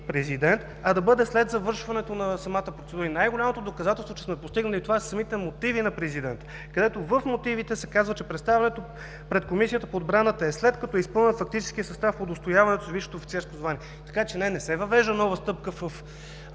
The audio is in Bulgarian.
президента, а да бъде след завършването на самата процедура. Най-голямото доказателство, че сме постигнали това, са самите мотиви на президента. В тях се казва, че представянето пред Комисията по отбраната е, след като изпълнят фактическия състав – удостояването с висше офицерско звание. Така че не, не се въвежда нова стъпка в